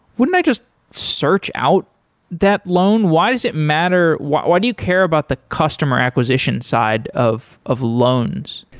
wouldn't i just search out that loan? why does it matter why why do you care about the customer acquisition side of of loans?